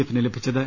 എഫിന് ലഭിച്ചത്